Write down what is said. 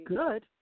good